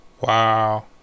Wow